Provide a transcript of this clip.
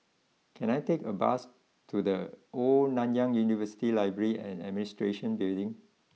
can I take a bus to the Old Nanyang University library and Administration Building